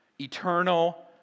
eternal